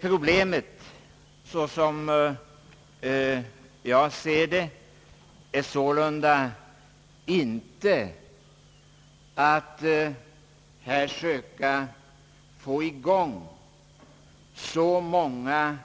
Problemet, så som jag ser det, är sålunda inte att här söka få i gång så många